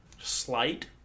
Slight